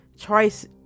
twice